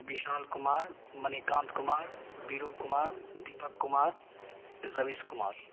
Vishal Kumar Manikant Kumar Veeru Kumar Deepak Kumar Ravish Kumar